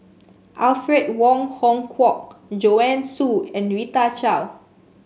Alfred Wong Hong Kwok Joanne Soo and Rita Chao